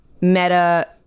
meta